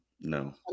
no